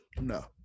no